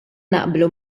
naqblu